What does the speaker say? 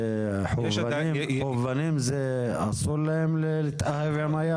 לחובבנים אסור להתאהב בים?